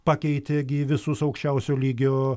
pakeitė gi visus aukščiausio lygio